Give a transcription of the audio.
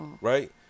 Right